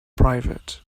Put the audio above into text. private